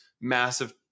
massive